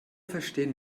verstehen